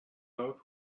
oath